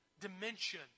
dimension